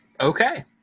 Okay